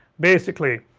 basically.